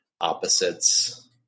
opposites